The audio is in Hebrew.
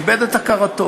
איבד את הכרתו,